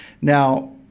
Now